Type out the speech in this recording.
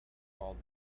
called